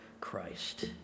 Christ